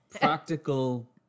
practical